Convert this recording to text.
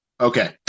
Okay